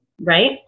right